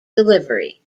delivery